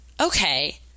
okay